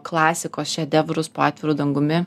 klasikos šedevrus po atviru dangumi